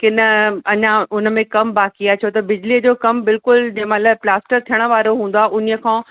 की न अञा हुन में कमु बाक़ी आहे छो त बिजलीअ जो कमु बिल्कुल जंहिं महिल प्लास्टर थियणु वारो हूंदो आहे उन खां